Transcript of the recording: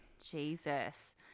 Jesus